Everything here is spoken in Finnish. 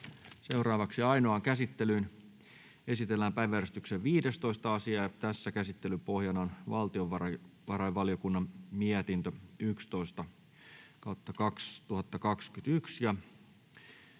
työstä. Ainoaan käsittelyyn esitellään päiväjärjestyksen 15. asia. Käsittelyn pohjana on valtiovarainvaliokunnan mietintö VaVM 11/2021